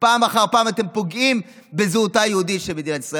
פעם אחר פעם אתם פוגעים בזהותה היהודית של מדינת ישראל.